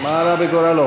מה עלה בגורלו?